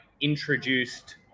introduced